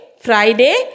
Friday